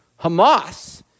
Hamas